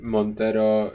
Montero